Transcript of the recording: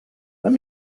let